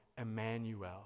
Emmanuel